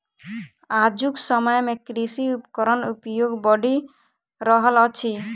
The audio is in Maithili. आजुक समय मे कृषि उपकरणक प्रयोग बढ़ि रहल अछि